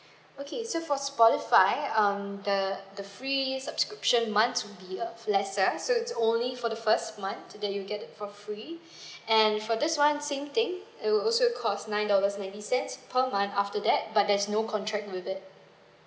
okay so for spotify um the the free subscription month uh will be lesser so it's only for the first month that you get it for free and for this one same thing it'll also cost nine dollars ninety cents per month after that but there's no contract with it